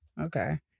Okay